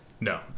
No